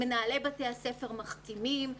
מנהלי בתי הספר מחתימים.